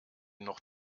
noch